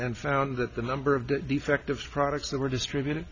and found that the number of defective products that were distributed